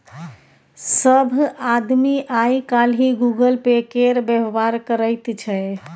सभ आदमी आय काल्हि गूगल पे केर व्यवहार करैत छै